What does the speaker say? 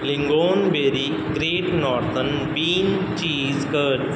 lingonberry great northern bean cheese curd